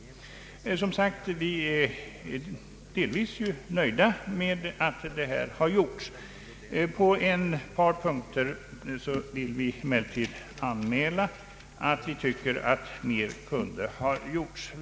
Vi är som sagt delvis nöjda med att detta har gjorts. Vi vill emellertid anmäla att vi anser att det på ett par punkter kunde ha gjorts mer.